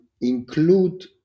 include